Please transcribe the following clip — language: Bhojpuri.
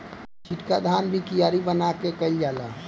छिटका धान भी कियारी बना के कईल जाला